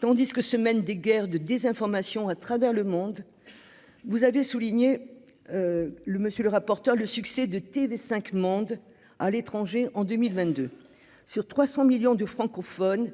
tandis que se mènent des guerres de désinformation à travers le monde vous avez souligné le monsieur le rapporteur, le succès de TV5 Monde à l'étranger en 2022 sur 300 millions de francophones